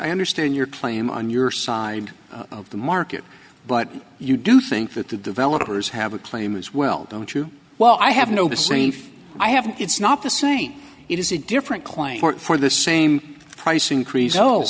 i understand your claim on your side of the market but you do think that the developers have a claim as well don't you well i have no saying if i have it's not the same it is a different point for the same price increase those